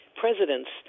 presidents